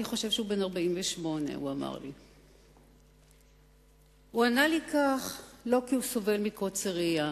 אני חושב שהוא בן 48. הוא ענה לי כך לא כי הוא סובל מקוצר ראייה